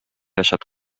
deixat